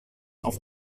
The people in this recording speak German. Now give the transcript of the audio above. auf